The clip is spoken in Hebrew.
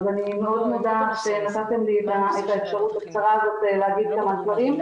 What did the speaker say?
אז אני מאוד מודה שנתתם לי את האפשרות הקצרה הזאת לומר כמה דברים,